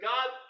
God